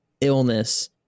illness